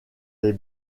les